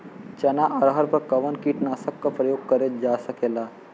चना अरहर पर कवन कीटनाशक क प्रयोग कर जा सकेला?